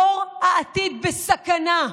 דור העתיד בסכנה,